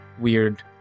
weird